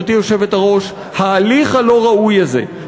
גברתי היושבת-ראש: ההליך הלא-ראוי הזה,